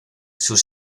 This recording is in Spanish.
sus